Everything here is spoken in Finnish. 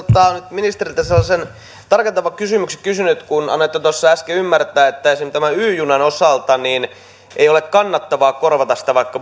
ministeriltä sellaisen tarkentavan kysymyksen kysynyt kun annoitte äsken ymmärtää että esimerkiksi tämän y junan osalta ei ole kannattavaa korvata sitä vaikka